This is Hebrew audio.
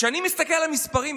כשאני מסתכל על המספרים,